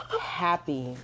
happy